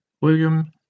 William